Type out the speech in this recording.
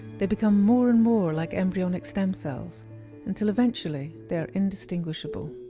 they become more and more like embryonic stem cells until eventually, they are indistinguishable.